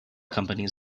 companies